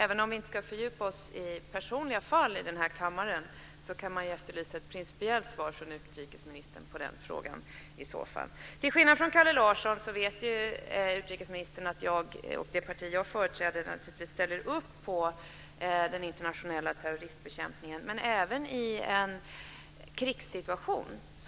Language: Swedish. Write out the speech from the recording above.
Även om vi inte ska fördjupa oss i personliga fall i den här kammaren så kan man efterlysa ett principiellt svar från utrikesministern på den frågan. Utrikesministern vet att jag och det parti som jag företräder till skillnad från Kalle Larsson ställer upp på den internationella terroristbekämpningen. Men även i en krigssituation